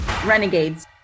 Renegades